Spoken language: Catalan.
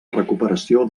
recuperació